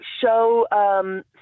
show